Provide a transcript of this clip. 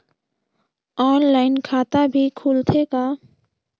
Online खाता भी खुलथे का?